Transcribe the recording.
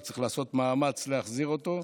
וצריך לעשות מאמץ להחזיר אותו.